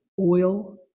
oil